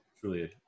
Truly